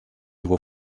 его